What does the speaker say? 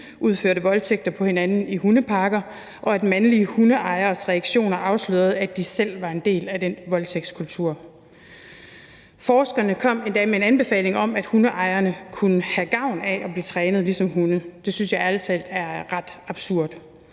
udførte voldtægter på hinanden i hundeparker, og at mandlige hundeejeres reaktion afslørede, at de selv var en del af den voldtægtskultur. Forskerne kom endda med en anbefaling om, at hundeejerne kunne have gavn af at blive trænet ligesom hunde. Det synes jeg ærlig talt er ret absurd.